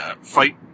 fight